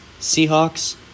Seahawks